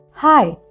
Hi